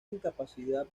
incapacidad